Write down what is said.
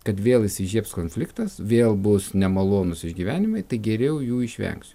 kad vėl įsižiebs konfliktas vėl bus nemalonūs išgyvenimai tai geriau jų išvengsiu